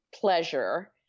pleasure